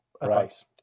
advice